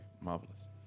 Marvelous